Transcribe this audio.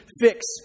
fix